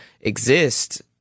exist